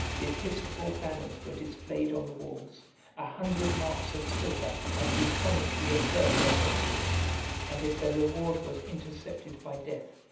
the episcopal banners were displayed on the walls a hundred marks of silver had been promised to the first adventurers and if their reward was intercepted by death,